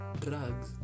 drugs